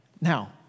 Now